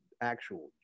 actual